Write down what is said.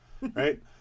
Right